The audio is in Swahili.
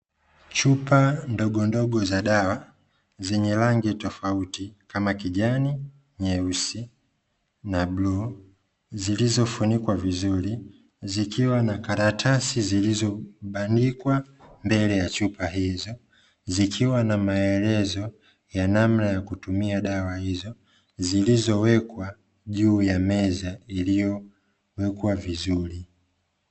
Chupa ndogondogo za dawa zenye rangi tofauti kama kijani, nyeusi na bluu zilizofunikwa vizuri zikiwa na karatsi zilizobandikwa mbele ya chupa hizo, zikiwa na maelezo ya namna ya kutumia dawa hizo zilizowekwa juu ya meza iliyowekwa vizuri.